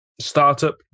startup